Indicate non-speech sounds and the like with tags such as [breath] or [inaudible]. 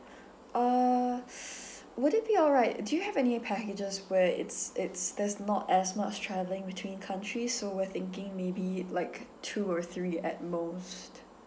uh [breath] would it be alright do you have any packages where it's it's there's not as much travelling between countries so we're thinking maybe like two or three at most